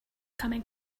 coming